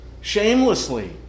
shamelessly